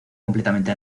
completamente